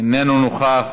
איננו נוכח.